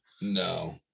No